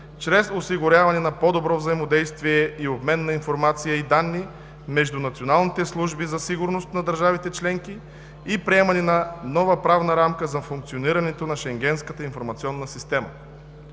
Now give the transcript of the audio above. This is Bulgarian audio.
чрез осигуряване на по-добро взаимодействие и обмен на информация и данни между националните служби за сигурност на държавите членки и приемане на нова правна рамка за функционирането на Шенгенската информационна система;